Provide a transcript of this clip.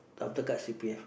after cut c_p_f